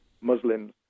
Muslims